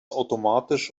automatisch